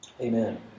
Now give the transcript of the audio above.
Amen